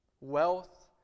Wealth